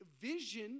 vision